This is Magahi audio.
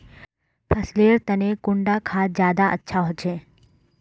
फसल लेर तने कुंडा खाद ज्यादा अच्छा होचे?